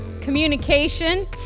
communication